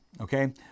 okay